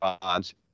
bonds